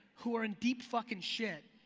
who are in deep fucking shit,